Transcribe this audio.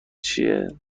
چیه